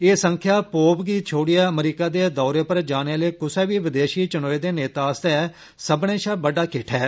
एह संख्या पोप गी छोडियै अमरीका दे दौरे उप्पर जाने आले कुसै बी विदेशी चुनोए दे नेता आस्तै सब्बनें शा बड्डा किट्ठ ऐ